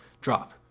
drop